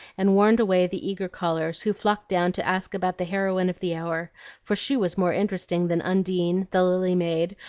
and warned away the eager callers, who flocked down to ask about the heroine of the hour for she was more interesting than undine, the lily maid,